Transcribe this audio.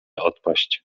odpaść